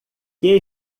que